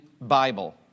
Bible